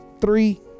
three